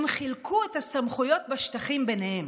הם חילקו את הסמכויות בשטחים ביניהם,